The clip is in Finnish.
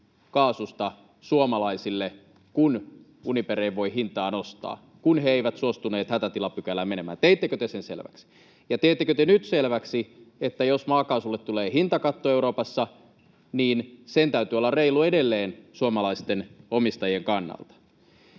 kaasusta suomalaisille, kun Uniper ei voi hintaa nostaa, kun he eivät suostuneet hätätilapykälään menemään? Teittekö te sen selväksi? Ja teettekö te nyt selväksi, että jos maakaasulle tulee hintakatto Euroopassa, niin sen täytyy olla reilu edelleen suomalaisten omistajien kannalta?